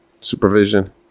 supervision